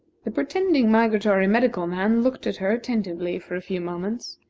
the pretending migratory medical man looked at her attentively for a few moments,